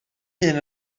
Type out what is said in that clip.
hyn